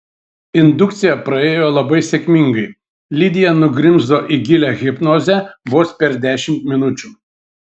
indukcija praėjo labai sėkmingai lidija nugrimzdo į gilią hipnozę vos per dešimt minučių